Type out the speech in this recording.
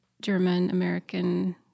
German-American